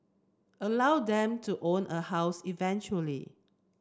allow them to own a house eventually